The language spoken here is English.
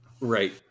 Right